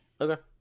Okay